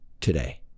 today